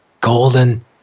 golden